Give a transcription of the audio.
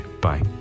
Bye